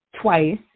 twice